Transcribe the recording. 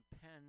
pen